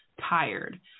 tired